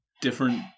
Different